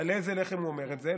על איזה לחם הוא אומר את זה,